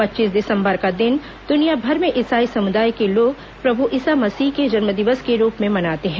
पच्चीस दिसंबर का दिन दुनियाभर में इसाई समुदाय के लोग प्रभु ईसा मसीह के जन्मदिवस के रूप में मनाते हैं